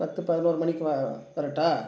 பத்துப் பதினோரு மணிக்கு வ வரட்டா